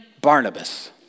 Barnabas